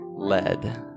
Lead